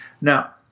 Now